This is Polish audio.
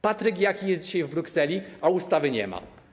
Patryk Jaki jest dzisiaj w Brukseli, a ustawy nie ma.